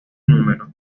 números